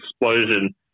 explosion